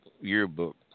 Yearbook